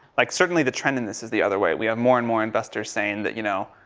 like certainly the trend in this is the other way. we have more and more investors saying that, you know,